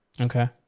Okay